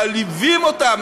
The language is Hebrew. מעליבים אותם,